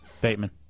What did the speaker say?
Bateman